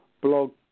blog